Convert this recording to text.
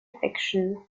fiction